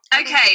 Okay